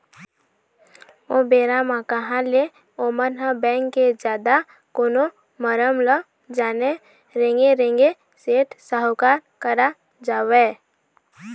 ओ बेरा म कहाँ ले ओमन ह बेंक के जादा कोनो मरम ल जानय रेंगे रेंगे सेठ साहूकार करा जावय